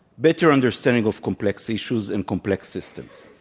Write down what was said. better understanding of complex issues and complex systems.